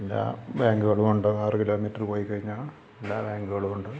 പിന്നെ ബാങ്കുകളുണ്ട് ആറ് കിലോമീറ്റർ പോയി കഴിഞ്ഞാൽ എല്ലാ ബാങ്കുകളും ഉണ്ട്